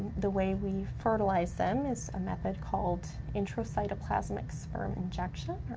the way we fertilize them is a method called intracytoplasmic sperm injection,